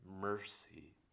mercy